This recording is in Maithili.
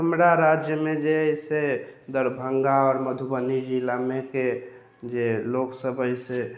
हमरा राज्यमे जे है से दरभंगा आओर मधुबनी जिलामे के जे लोकसब अछि से